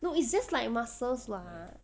no it's just like muscles lah